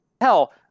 Hell